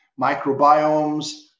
microbiomes